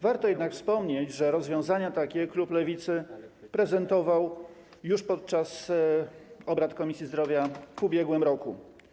Warto jednak wspomnieć, że rozwiązania takie klub Lewicy prezentował już podczas obrad Komisji Zdrowia w ubiegłym roku.